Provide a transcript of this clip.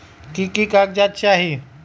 की की कागज़ात चाही?